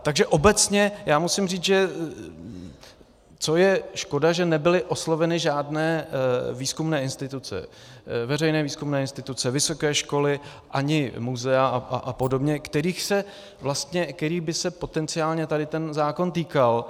Takže obecně musím říct, že co je škoda, že nebyly osloveny žádné výzkumné instituce, veřejné výzkumné instituce, vysoké školy ani muzea apod., kterých by se potenciálně tento zákon týkal.